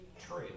true